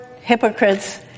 hypocrites